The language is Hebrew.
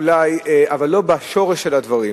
אבל לא בשורש הדברים.